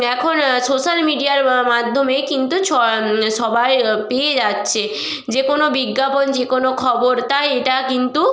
এখন সোশ্যাল মিডিয়ার মাধ্যমে কিন্তু ছ সবাই পেয়ে যাচ্ছে যে কোনো বিজ্ঞাপন যে কোনো খবর তাই এটা কিন্তু